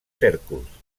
cèrcols